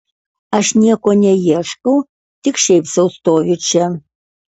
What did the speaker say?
aš nieko neieškau tik šiaip sau stoviu čia